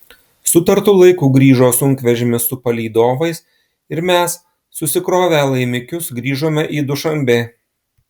sutartu laiku grįžo sunkvežimis su palydovais ir mes susikrovę laimikius grįžome į dušanbę